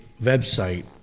website